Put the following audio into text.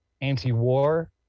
anti-war